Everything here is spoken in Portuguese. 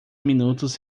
minutos